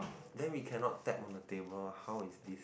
then we cannot tap on the table how is this